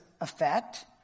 effect